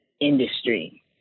industry